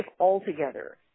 altogether